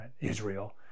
Israel